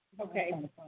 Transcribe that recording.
Okay